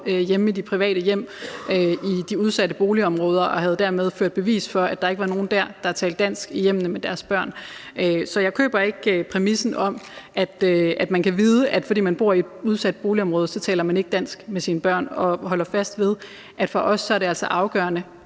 op i de private hjem i de udsatte boligområder og dermed ført bevis for, at der ikke var nogen dér, der talte dansk med deres børn. Så jeg køber ikke præmissen om, at man kan vide, at fordi man bor i et udsat boligområde, taler man ikke dansk med sine børn. Jeg holder fast ved, at for os er det altså afgørende,